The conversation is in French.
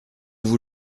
vous